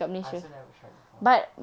I also never tried before